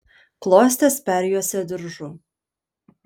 klostes perjuosė diržu